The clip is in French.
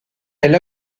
elle